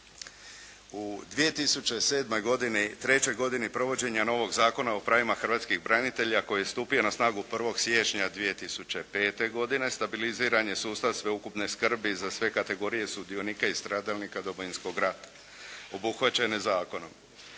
U 2007. godini, trećoj godini provođenja novog Zakona o pravima hrvatskih branitelja koji je stupio na snagu 1. siječnja 2005. godine, stabiliziran je sustav sveukupne skrbi za sve kategorije sudionike i stradalnike Domovinskog rata obuhvaćene zakonom.